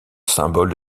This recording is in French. symbole